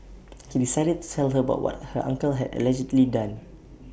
he decided to tell her about what her uncle had allegedly done